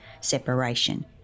separation